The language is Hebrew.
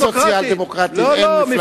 יש חברי כנסת סוציאל-דמוקרטים, ואין מפלגה.